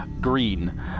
green